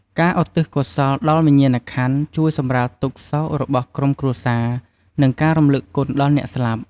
ការឧទ្ទិសកុសលដល់វិញ្ញាណក្ខន្ធ ជួយសម្រាលទុក្ខសោករបស់ក្រុមគ្រួសារ និង ការរំលឹកគុណ ដល់អ្នកស្លាប់។